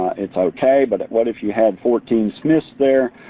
it's okay but what if you had fourteen smiths there?